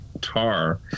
tar